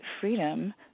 freedom